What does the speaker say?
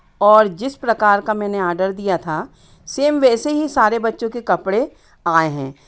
और जिस प्रकार का मैंने ऑर्डर दिया था सेम वैसे ही सारे बच्चों के कपड़े आए हैं